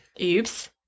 oops